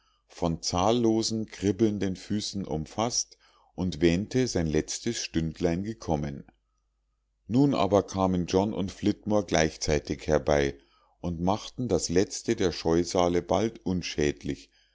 von zahllosen kribbelnden füßen umfaßt und wähnte sein letztes stündlein gekommen nun aber kamen john und flitmore gleichzeitig herbei und machten das letzte der scheusale bald unschädlich